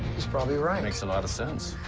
he's probably right. makes a lot of sense.